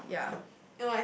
like ya